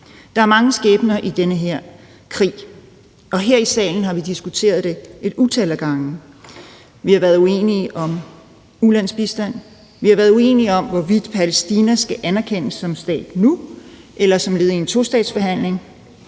Der er mange skæbner i den her krig, og her i salen har vi diskuteret det et utal af gange. Vi har været uenige om ulandsbistand. Vi har været uenige om, hvorvidt Palæstina skal anerkendes som stat nu eller som led i en tostatsløsning.